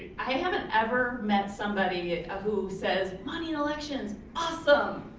i haven't ever met somebody who says, money in elections awesome!